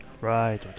right